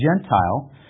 Gentile